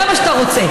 זה מה שאתה רוצה.